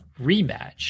rematch